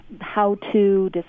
how-to